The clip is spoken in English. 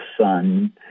Son